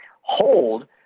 hold